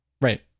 Right